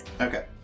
Okay